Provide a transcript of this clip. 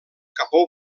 capó